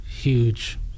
huge